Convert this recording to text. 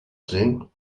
sing